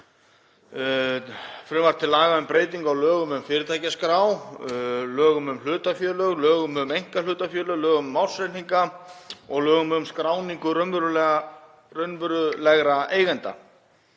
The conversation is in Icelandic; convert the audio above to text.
frumvarp til laga um breytingu á lögum um fyrirtækjaskrá, lögum um hlutafélög, lögum um einkahlutafélög, lögum um ársreikninga og lögum um skráningu raunverulegra eigenda.